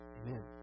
Amen